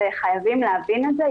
וחייבים להבין את זה,